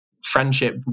friendship